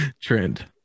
trend